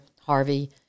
Harvey